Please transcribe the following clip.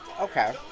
Okay